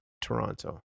Toronto